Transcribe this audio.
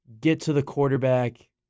get-to-the-quarterback